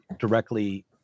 directly